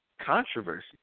controversy